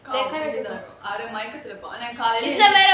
அர மயக்கத்துல இருப்பான்:ara mayakathula irupaan